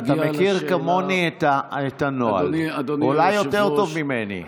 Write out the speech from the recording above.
אתה מכיר כמוני את הנוהל, אולי יותר טוב ממני.